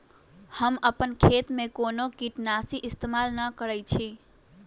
हम अपन खेत में कोनो किटनाशी इस्तमाल न करई छी